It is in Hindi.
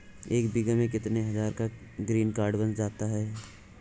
एक बीघा में कितनी हज़ार का ग्रीनकार्ड बन जाता है?